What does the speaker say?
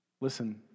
Listen